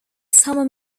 summer